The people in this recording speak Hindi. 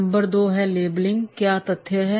नंबर दो लेबलिंग क्या तथ्य हैं